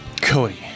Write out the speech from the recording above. Cody